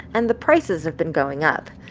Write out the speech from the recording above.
and the prices have been going up.